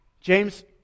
James